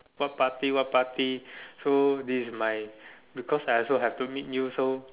what party what party so this is my because I also have to meet you so